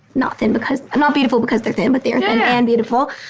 not thin because, not beautiful because they're thin, but they are thin and beautiful.